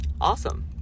awesome